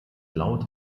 laut